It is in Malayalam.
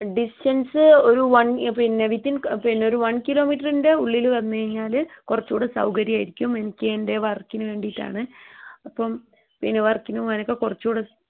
ഡിസ്റ്റൻസ് ഒരു വൺ പിന്നെ ഒരു വൺ കിലോമീറ്ററിൻ്റെ ഉള്ളിൽ വന്ന് കഴിഞ്ഞാൽ കുറച്ച് കൂടെ സൗകര്യം ആയിരിക്കും എനിക്കെൻറ്റെ വർക്കിന് വേണ്ടിയിട്ടാണ് അപ്പോൾ വർക്കിന് പോകാൻ ഒക്കെ കുറച്ചും കൂടെ